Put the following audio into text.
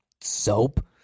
soap